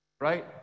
right